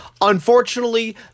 Unfortunately